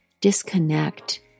disconnect